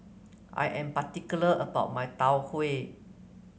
I am particular about my Tau Huay